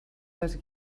les